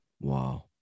Wow